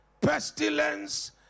pestilence